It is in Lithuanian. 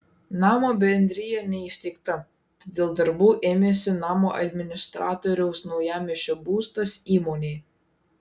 namo bendrija neįsteigta todėl darbų ėmėsi namo administratoriaus naujamiesčio būstas įmonė